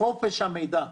חופש המידע.